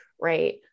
right